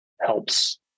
helps